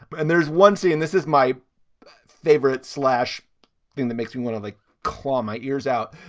and there's one see, and this is my favorite slash thing that makes me want to like claw my ears out.